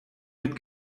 mit